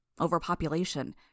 Overpopulation